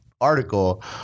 article